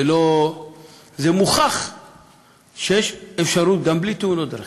זה מוכח שיש אפשרות גם בלי תאונות דרכים.